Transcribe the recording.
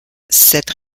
cette